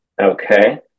Okay